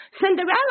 Cinderella